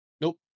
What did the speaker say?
Nope